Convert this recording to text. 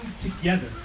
together